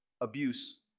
Abuse